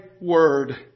word